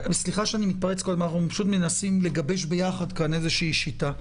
אנו מנסים לגבש ביחד שיטה.